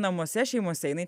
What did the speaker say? namuose šeimose jinai